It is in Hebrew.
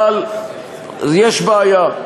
אבל יש בעיה.